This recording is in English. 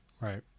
Right